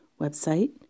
website